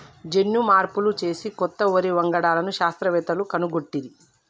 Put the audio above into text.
జన్యు మార్పులు చేసి కొత్త వరి వంగడాలను శాస్త్రవేత్తలు కనుగొట్టిరి